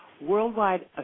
worldwide